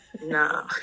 Nah